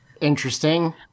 Interesting